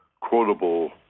quotable